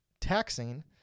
taxing